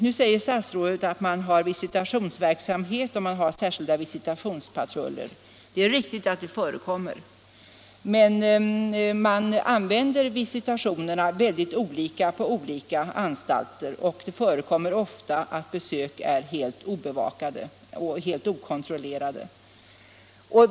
Nu säger statsrådet att man har visitationsverksamhet och särskilda visitationspatruller. Det är riktigt att det förekommer, men man utför visitationerna väldigt olika på olika anstalter. Det förekommer också ofta att besök är helt obevakade och helt okontrollerade.